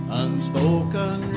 unspoken